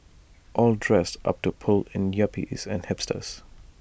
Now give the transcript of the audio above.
all dressed up to pull in yuppies and hipsters